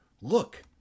look